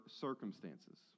circumstances